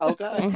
Okay